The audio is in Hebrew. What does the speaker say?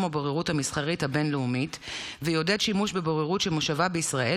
הבוררות המסחרית הבין-לאומית ויעודד שימוש בבוררות שמושבה בישראל